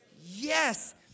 Yes